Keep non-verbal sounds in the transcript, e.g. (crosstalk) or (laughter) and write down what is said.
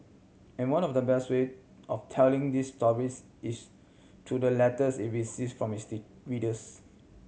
and one of the best way of telling these stories is through the letters it (unintelligible) from its readers